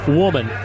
woman